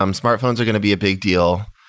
um smartphones are going to be a big deal.